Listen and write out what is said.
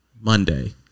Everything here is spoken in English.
monday